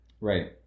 right